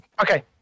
Okay